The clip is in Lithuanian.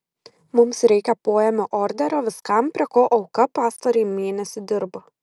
mums reikia poėmio orderio viskam prie ko auka pastarąjį mėnesį dirbo